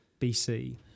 BC